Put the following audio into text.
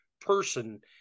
person